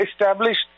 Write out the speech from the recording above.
established